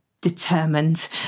determined